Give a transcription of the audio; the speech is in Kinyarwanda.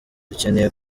dukeneye